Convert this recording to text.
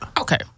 Okay